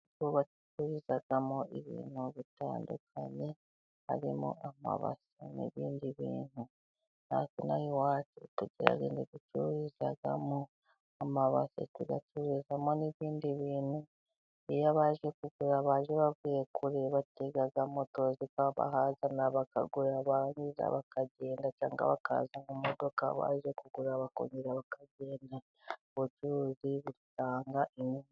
Inzu bacururizamo ibintu bitandukanye, harimo amabase n'ibindi bintu, natwe ino aha iwacu tugira inzu zicururizwamo amabati tugacururizamo n'ibindi bintu, iyo baje kugura baje bavuye kure batega moto zikabahazana bakagura, barangiza bakagenda cyangwa bakaza mu mudoka baje kugura, bakongera bakagenda. Ubucuruzi butanga inyungu.